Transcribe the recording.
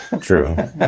true